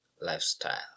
lifestyle